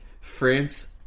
France